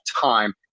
time